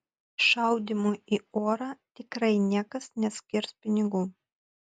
šaudymui į orą tikrai niekas neskirs pinigų